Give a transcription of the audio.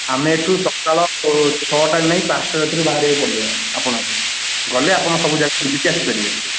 ଆମେ ଏଠୁ ସକାଳ ଛଅଟାରୁ ନେଇ ପାଞ୍ଚଟା ରାତିରୁ ବାହାରିବାକୁ ପଡ଼ିବ ଆପଣଙ୍କୁ ଗଲେ ଆପଣ ସବୁ ଯାକ ବୁଲିକି ଆସିପାରିବେ